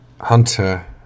hunter